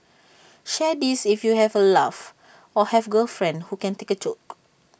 share this if you had A laugh or have girlfriend who can take A joke